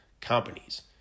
companies